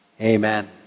Amen